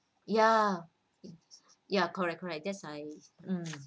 ya correct correct that's I um